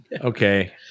okay